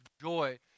joy